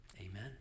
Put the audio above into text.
Amen